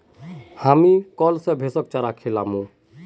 हामी कैल स भैंसक चारा खिलामू